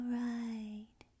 right